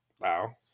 Wow